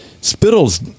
spittle's